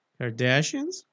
Kardashians